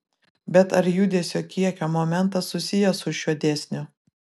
bet ar judesio kiekio momentas susijęs su šiuo dėsniu